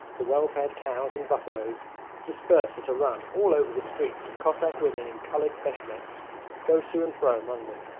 the well-fed cows and buffaloes disperse at a run all over the streets and cossack women in coloured beshmets go to and fro among them.